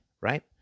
right